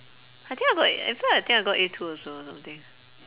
I think I got in fact I think I got a two also or something